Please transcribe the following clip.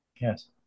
Yes